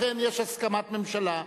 לכן, יש הסכמת הממשלה,